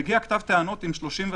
מגיע כתב תקנות עם 31 עמודים.